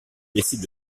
décide